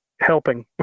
Helping